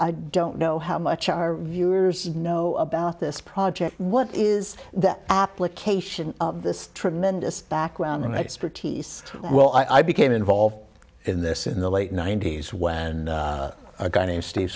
i don't know how much our viewers know about this project what is the application of this tremendous background and expertise well i became involved in this in the late ninety's when a guy named steve